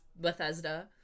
Bethesda